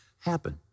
happen